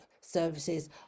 services